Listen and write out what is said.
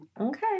Okay